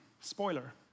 Spoiler